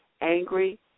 Angry